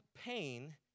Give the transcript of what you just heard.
pain